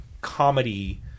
comedy-